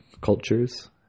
cultures